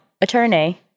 attorney